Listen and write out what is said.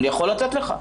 אני יכול לתת לך.